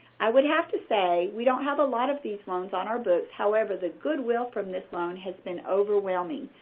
i would have to say, we don't have a lot of these loans on our books however, the goodwill from this loan has been overwhelming.